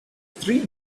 three